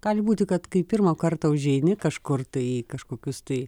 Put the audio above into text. gali būti kad kai pirmą kartą užeini kažkur tai kažkokius tai